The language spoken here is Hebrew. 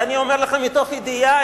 את זה אני אומר לכם מתוך ידיעה,